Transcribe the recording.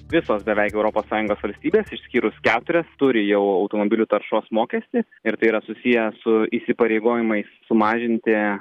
visos beveik europos sąjungos valstybės išskyrus keturias turi jau automobilių taršos mokestį ir tai yra susiję su įsipareigojimais sumažinti